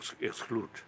Exclude